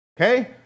Okay